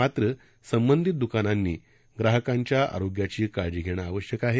मात्र संबंधित द्कानांनी ग्राहकांच्या रोग्याची काळजी घेणे वश्यक हे